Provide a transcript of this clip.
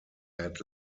had